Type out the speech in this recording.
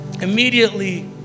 immediately